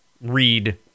read